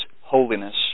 holiness